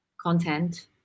content